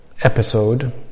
episode